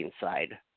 side